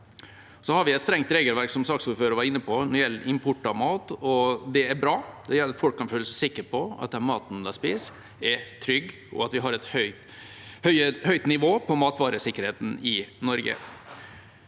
Vi har et strengt regelverk, som saksordføreren var inne på, når det gjelder import av mat, og det er bra. Folk kan føle seg sikre på at den maten de spiser, er trygg, og at vi har et høyt nivå på matvaresikkerheten i Norge.